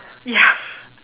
ya